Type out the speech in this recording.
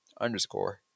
underscore